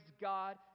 God